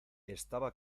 estaba